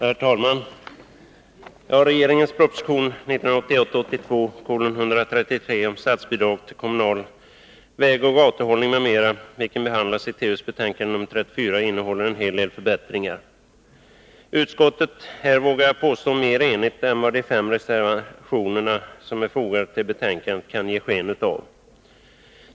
Herr talman! Regeringens proposition 1981/82:133 om statsbidrag till kommunal vägoch gatuhållning m.m., vilken behandlas i trafikutskottets betänkande nr 34, innehåller en hel del förbättringar. Utskottet är, vågar jag påstå, mer enigt än vad de fem reservationer som är fogade till betänkandet kan ge sken av.